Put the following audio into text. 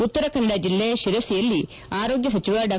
ಉತ್ತರ ಕನ್ನಡ ಜಿಲ್ಲೆ ತಿರಸಿಯಲ್ಲಿ ಆರೋಗ್ಯ ಸಚಿವ ಡಾ